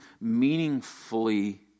meaningfully